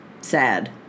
sad